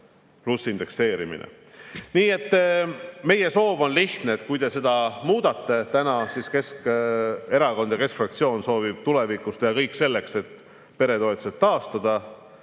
pluss indekseerimine. Nii et meie soov on lihtne. Kui te seda täna muudate, siis Keskerakond ja keskfraktsioon soovib tulevikus teha kõik selleks, et peretoetuste